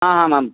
आ हामाम्